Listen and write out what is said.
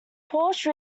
porsche